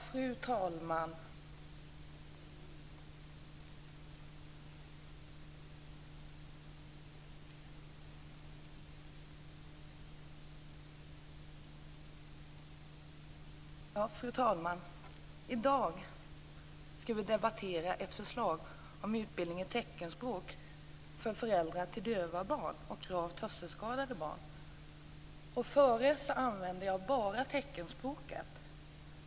Fru talman! I dag skall vi debattera ett förslag om utbildning i teckenspråk för föräldrar till döva och gravt hörselskadade barn. Nyss använde jag bara teckenspråket.